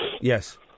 Yes